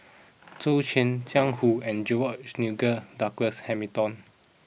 Zhou Can Jiang Hu and George Nigel Douglas Hamilton